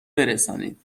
برسانید